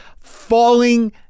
falling